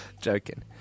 Joking